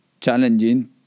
challenging